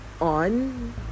on